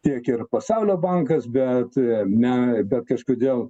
tiek ir pasaulio bankas bet ne bet kažkodėl